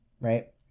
right